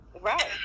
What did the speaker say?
Right